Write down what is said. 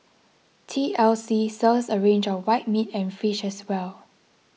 T L C serves a range of white meat and fish as well